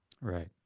Right